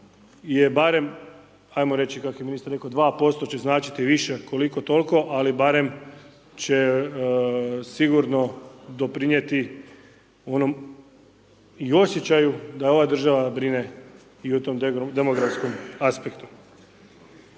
je barem ajmo reći, kako je ministar rekao, 2% će značiti više koliko toliko ali barem će sigurno doprinijeti onom i osjećaju da ova država brine i u tom demografskom aspektu.